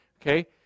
Okay